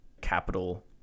capital